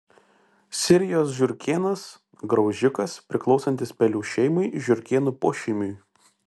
sirijos žiurkėnas graužikas priklausantis pelių šeimai žiurkėnų pošeimiui